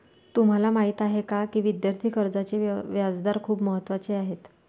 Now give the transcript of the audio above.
तुम्हाला माहीत आहे का की विद्यार्थी कर्जाचे व्याजदर खूप महत्त्वाचे आहेत?